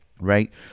Right